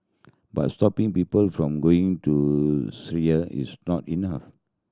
but stopping people from going to Syria is not enough